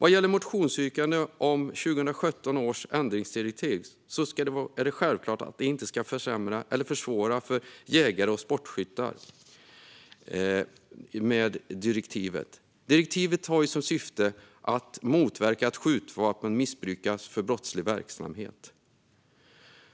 Vad gäller motionsyrkanden om 2017 års ändringsdirektiv är det självklart att det inte ska försämra eller försvåra för jägare och sportskyttar. Direktivet har som syfte att motverka att skjutvapen missbrukas för brottslig verksamhet.